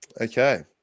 Okay